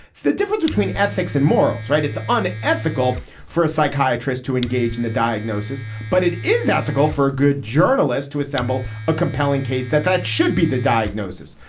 it's the difference between ethics and morals right it's unethical for a psychiatrist to engage in the diagnosis but it is ethical for a good journalist to assemble a compelling case that that should be the diagnosis.